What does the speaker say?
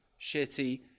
shitty